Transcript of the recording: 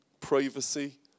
privacy